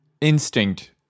instinct